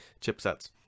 chipsets